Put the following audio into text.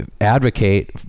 advocate